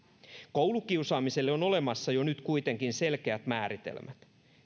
koulukiusaamiselle on olemassa jo nyt kuitenkin selkeät määritelmät